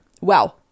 Wow